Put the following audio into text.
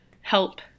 help